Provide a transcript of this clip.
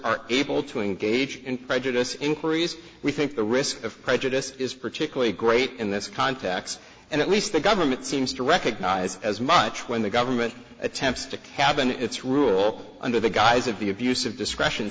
are able to engage in prejudice inquiries we think the risk of prejudice is particularly great in this context and at least government seems to recognize as much when the government attempts to cabin its rule under the guise of the abuse of discretion